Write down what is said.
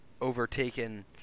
overtaken